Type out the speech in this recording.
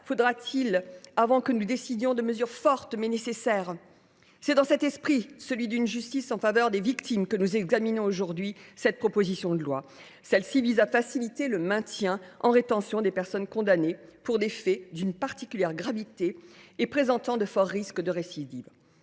faut il avant que nous ne décidions de mesures fortes, mais nécessaires ? C’est dans cet esprit, celui d’une justice en faveur des victimes, que nous examinons aujourd’hui cette proposition de loi. Celle ci vise à faciliter le maintien en rétention des personnes condamnées pour des faits d’une particulière gravité et présentant de forts risques de récidive.